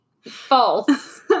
False